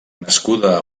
nascuda